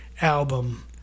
album